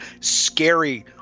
scary